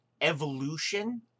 evolution